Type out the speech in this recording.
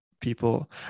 People